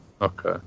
Okay